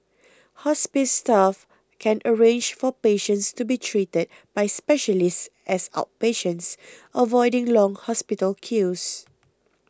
hospice staff can arrange for patients to be treated by specialists as outpatients avoiding long hospital queues